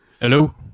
Hello